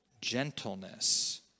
Gentleness